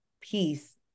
peace